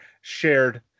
shared